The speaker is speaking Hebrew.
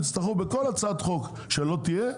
יצטרכו בכל הצעת חוק שלא תהיה,